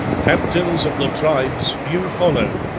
captains of the tribes, you follow,